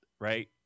right